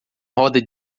roda